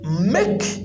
make